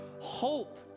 hope